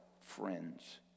friends